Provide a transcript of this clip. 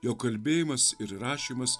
jo kalbėjimas ir rašymas